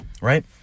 right